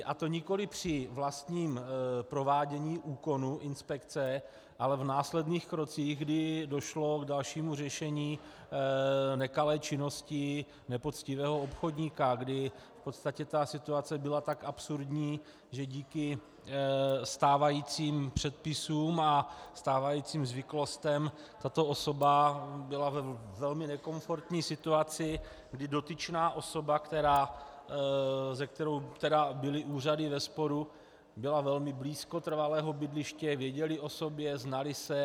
A to nikoli při vlastním provádění úkonu inspekce, ale v následných krocích, kdy došlo k dalšímu řešení nekalé činnosti nepoctivého obchodníka, kdy v podstatě ta situace byla tak absurdní, že díky stávajícím předpisům a stávajícím zvyklostem tato osoba byla ve velmi nekomfortní situaci, kdy dotyčná osoba, se kterou byly úřady ve sporu, byla velmi blízko trvalého bydliště, věděli o sobě, znali se.